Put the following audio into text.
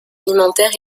alimentaires